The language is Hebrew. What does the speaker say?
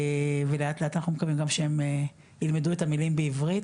ולאט לאט אנחנו מקווים גם שהם ילמדו את המילים בעברית,